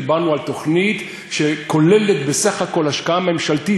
דיברנו על תוכנית שכוללת בסך הכול השקעה ממשלתית